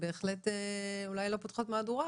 ובהחלט אולי לא פותחות מהדורה,